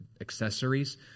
accessories